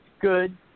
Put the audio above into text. good